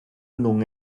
non